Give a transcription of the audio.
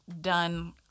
done